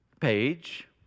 page